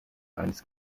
eines